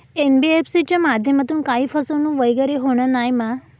NBFC च्या माध्यमातून काही फसवणूक वगैरे होना नाय मा?